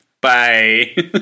Bye